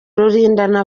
rulindana